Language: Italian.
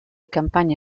campagne